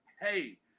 hey